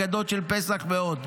הגדות של פסח ועוד.